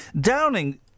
Downing